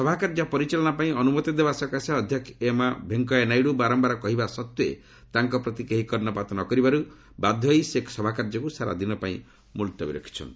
ସଭାକାର୍ଯ୍ୟ ପରିଚାଳନା ପାଇଁ ଅନୁମତି ଦେବାସକାଶେ ଅଧ୍ୟକ୍ଷ ଏମ୍ ଭେଙ୍କେୟା ନାଇଡୁ ବାରମ୍ଭାର କହିବା ସଡ଼େ ତାଙ୍କ ପ୍ରତି କେହି କର୍ଷପାତ ନକରିବାରୁ ବାଧ୍ୟ ହୋଇ ସେ ସଭାକାର୍ଯ୍ୟକୁ ସାରା ଦିନ ପାଇଁ ମୁଲତବୀ ରଖିଚ୍ଚନ୍ତି